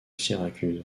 syracuse